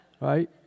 Right